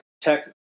tech